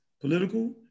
political